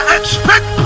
expect